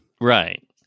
Right